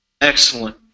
Excellent